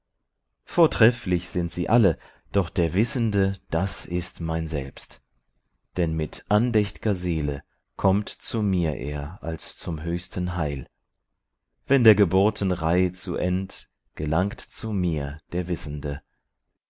vortrefflich sind sie alle doch der wissende das ist mein selbst denn mit andächt'ger seele kommt zu mir er als zum höchsten heil wenn der geburten reih zu end gelangt zu mir der wissende